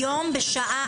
הישיבה ננעלה בשעה